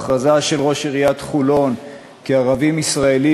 ההכרזה של ראש עיריית חולון כי ערבים ישראלים